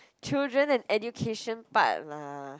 children and education part lah